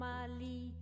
Mali